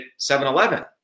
7-Eleven